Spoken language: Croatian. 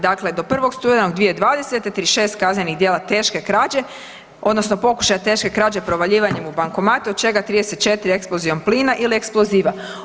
Dakle, do 1. studenog 2020. 36 kaznenih djela teške krađe odnosno pokušaja teške krađe provaljivanjem u bankomate od čega 34 eksplozijom plina ili eksploziva.